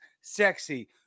sexy